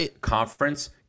conference